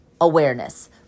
awareness